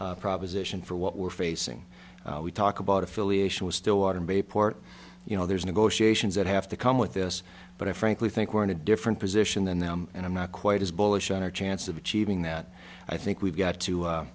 proposition for what we're facing we talk about affiliation with stillwater bayport you know there's negotiations that have to come with this but i frankly think we're in a different position than them and i'm not quite as bullish on our chance of achieving that i think we've got to